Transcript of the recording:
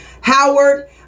Howard